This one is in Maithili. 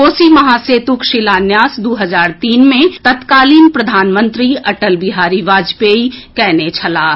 कोसी महासेतुक शिलान्यास दू हजार तीन मे तत्कालीन प्रधानमंत्री अटल बिहारी वाजपेयी कएने छलाह